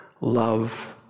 love